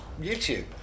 YouTube